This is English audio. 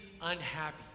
unhappy